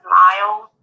miles